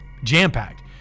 jam-packed